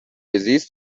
زیست